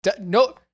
no